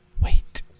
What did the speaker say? wait